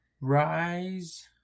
rise